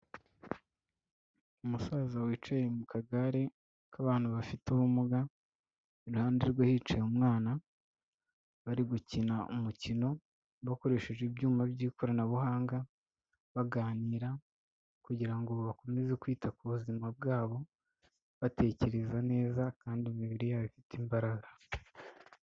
Umusaza wicaye mu kagare k'abantu bafite ubumuga, iruhande rwe hicaye umwana, bari gukina umukino, bakoresheje ibyuma by'ikoranabuhanga baganira, kugira ngo bakomeze kwita ku buzima bwabo, batekereza neza, kandi imibiri yabo ifite imbaraga.